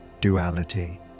duality